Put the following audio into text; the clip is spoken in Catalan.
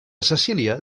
cecília